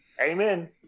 Amen